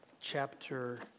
chapter